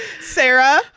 Sarah